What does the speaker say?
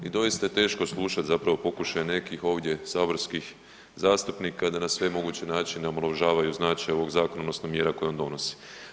I doista je teško zaista slušati zapravo pokušaj nekih ovdje saborskih zastupnika da na sve moguće načine omalovažavaju značaj ovog zakona, odnosno mjera koje on donosi.